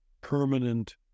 permanent